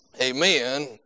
Amen